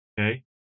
okay